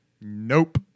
Nope